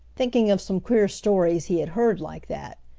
thinking of some queer stories he had heard like that.